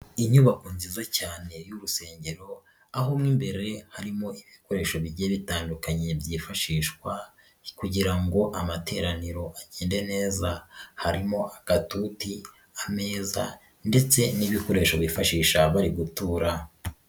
Inyubako nziza cyane y'urusengero aho mo imbere harimo ibikoresho bigiye bitandukanye byifashishwa kugira ngo amateraniro agende neza, harimo atatuti, ameza ndetse n'ibikoresho bifashisha bari gutura.